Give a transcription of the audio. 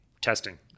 testing